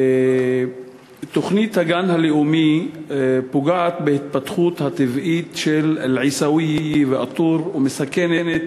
תוכנית הגן הלאומי פוגעת בהתפתחות הטבעית של אל-עיסאוויה וא-טור ומסכנת